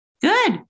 Good